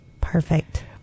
perfect